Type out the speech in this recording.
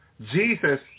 Jesus